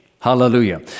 Hallelujah